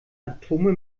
atome